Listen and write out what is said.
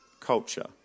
culture